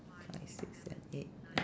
five six seven eight nine